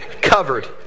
Covered